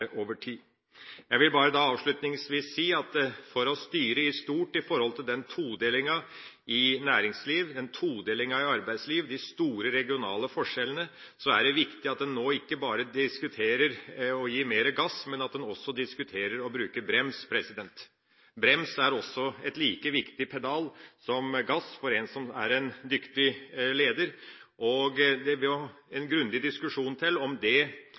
over tid. Jeg vil bare avslutningsvis si: For å styre i stort, med tanke på todelinga i næringsliv, todelinga i arbeidsliv og de store regionale forskjellene, er det viktig at en nå ikke bare diskuterer å gi mer gass, men at en også diskuterer å bruke brems. Brems er en like viktig pedal som gass for en som er en dyktig leder. Det må en grundig diskusjon til om det